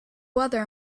weather